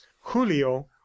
julio